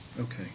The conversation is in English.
okay